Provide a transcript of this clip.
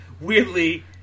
weirdly